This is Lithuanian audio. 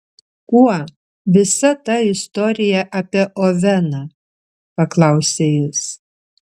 kuo visa ta istorija apie oveną paklausė jis